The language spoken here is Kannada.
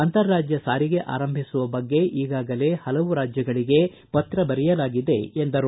ಅಂತರ್ರಾಜ್ಯ ಸಾರಿಗೆ ಆರಂಭಿಸುವ ಬಗ್ಗೆ ಈಗಾಗಲೇ ಹಲವು ರಾಜ್ಯಗಳಿಗೆ ಪತ್ರ ಬರೆಯಲಾಗಿದೆ ಎಂದರು